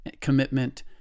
commitment